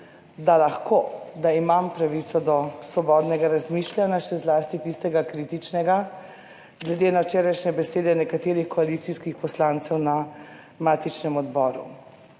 da lahko, da imam pravico do svobodnega razmišljanja, še zlasti tistega kritičnega glede na včerajšnje besede nekaterih koalicijskih poslancev na matičnem odboru.